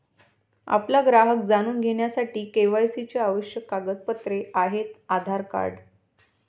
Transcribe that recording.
आपला ग्राहक जाणून घेण्यासाठी के.वाय.सी चे आवश्यक कागदपत्रे आहेत आधार कार्ड